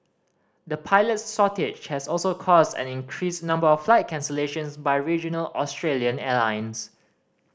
the pilot shortage has also caused an increased number of flight cancellations by regional Australian airlines